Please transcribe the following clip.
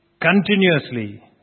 continuously